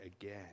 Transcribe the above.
again